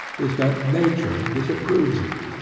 is, that nature disapproves it,